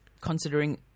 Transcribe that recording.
considering